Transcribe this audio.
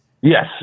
Yes